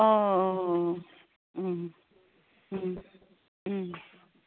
অঁ অঁ অঁ